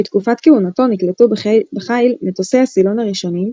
בתקופת כהונתו נקלטו בחיל מטוסי הסילון הראשונים,